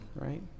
right